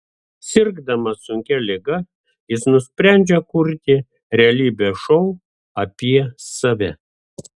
sirgdamas sunkia liga jis nusprendžia kurti realybės šou apie save